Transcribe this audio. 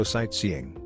Sightseeing